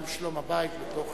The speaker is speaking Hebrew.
גם שלום הבית בתוך